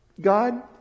God